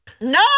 No